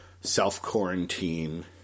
self-quarantine